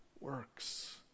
works